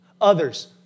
others